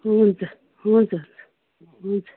हुन्छ हुन्छ हुन्छ